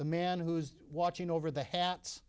the man who's watching over the hats